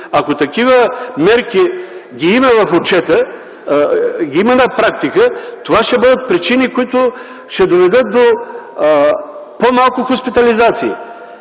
ако такива мерки има в отчета, ако ги има на практика, това ще бъдат причини, които ще доведат до по-малко хоспитализации.